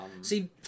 See